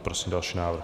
Prosím další návrh.